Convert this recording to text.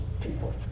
people